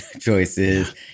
choices